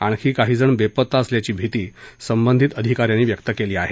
आणखी काही जण बेपत्ता असल्याची भिती संबधित आधिका यांनी व्यक्त केली आहे